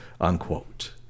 unquote